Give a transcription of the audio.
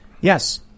Yes